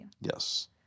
Yes